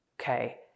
Okay